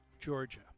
Georgia